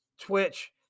Twitch